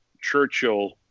Churchill